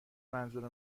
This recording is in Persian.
منظور